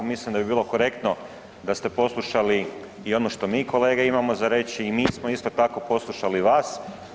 Mislim da bi bilo korektno da ste poslušali i ono što mi kolege imamo za reći i mi smo isto tako poslušali vas.